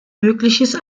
mögliches